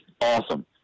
awesome